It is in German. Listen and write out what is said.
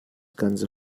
ganze